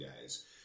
guys